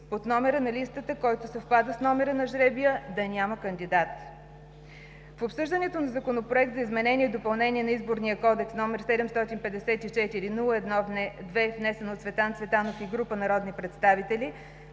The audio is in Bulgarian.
под номера на листата, който съвпада с номера на жребия, да няма кандидат. В обсъждането на Законопроекта за изменение и допълнение на Изборния кодекс, № 754-01-2, внесен от Цветан Генчев Цветанов и група народни представители,